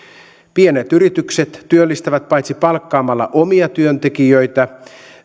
pienet yritykset työllistävät paitsi palkkaamalla omia työntekijöitä